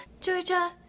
Georgia